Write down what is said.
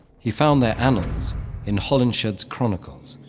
he found their annals in hollinshed's chronicles,